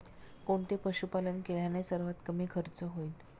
कोणते पशुपालन केल्याने सर्वात कमी खर्च होईल?